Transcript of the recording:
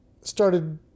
started